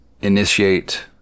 initiate